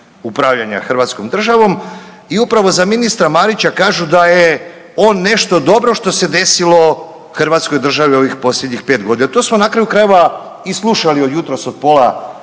upravljanja hrvatskom državom i upravo za ministra Marića kažu da je on nešto dobro što se desilo hrvatskoj državi u ovih posljednjih 5.g., a to smo na kraju krajeva i slušali od jutros od pola,